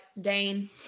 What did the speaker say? Dane